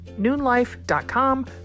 noonlife.com